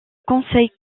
conseil